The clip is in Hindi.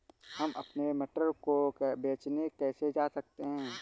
हम अपने मटर को बेचने कैसे जा सकते हैं?